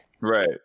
Right